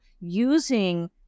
using